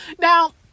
Now